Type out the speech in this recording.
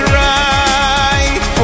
right